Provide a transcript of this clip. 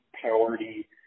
priority